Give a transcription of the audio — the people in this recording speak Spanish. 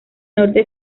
norte